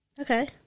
Okay